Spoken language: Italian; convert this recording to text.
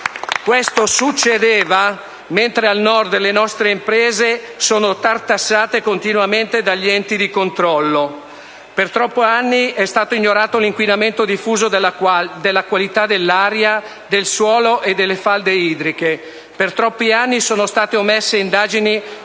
Questo succedeva mentre al Nord le nostre imprese vengono tartassate continuamente dagli enti di controllo. Per troppi anni è stato ignorato l'inquinamento diffuso della qualità dell'aria, del suolo e delle falde idriche, per troppi anni sono state omesse indagini